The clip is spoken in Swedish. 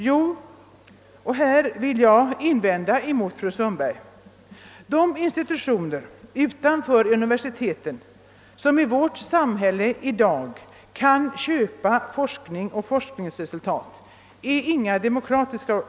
Jo — och här vill jag vända mig mot fru Sundberg — de institutioner utanför universiteten som i dag kan köpa forskning och forskningsresultat är inte demokratiska.